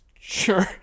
Sure